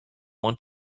want